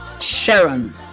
Sharon